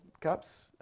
cups